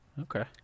Okay